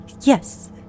Yes